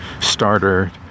starter